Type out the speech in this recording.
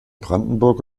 brandenburg